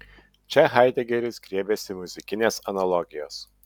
čia haidegeris griebiasi muzikinės analogijos